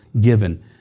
given